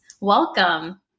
Welcome